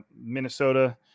Minnesota